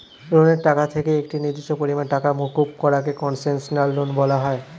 লোনের টাকা থেকে একটি নির্দিষ্ট পরিমাণ টাকা মুকুব করা কে কন্সেশনাল লোন বলা হয়